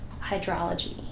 hydrology